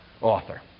author